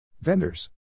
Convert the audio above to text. vendors